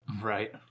right